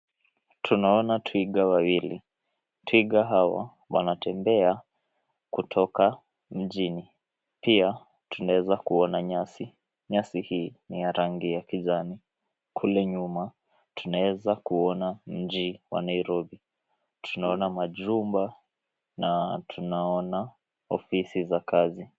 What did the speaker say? Tunaona twiga wawili. Twiga hawa wanatembea kutoka mjini. Pia tunaeza kuona nyasi. Nyasi hii ni ya rangi ya kijani. Kule nyuma, tunaezakuona mji wa Nairobi. Tunaona majumba na tunaona ofisi za kazi.